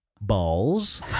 balls